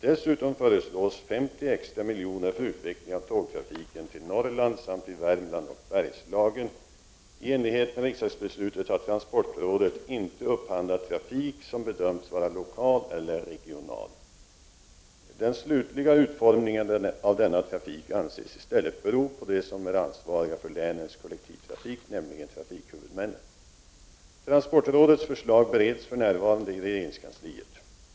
Dessutom föreslås 50 extra miljoner för utveckling av tågtrafiken till Norrland samt i Värmland och Bergslagen. I enlighet med riksdagsbeslutet har transportrådet inte upphandlat trafik som bedömts vara lokal eller regional. Den slutliga utformningen av denna trafik anses i stället bero på dem som är ansvariga för länens kollektivtrafik, nämligen trafikhuvudmännen. Transportrådets förslag bereds för närvarande i regeringskansliet.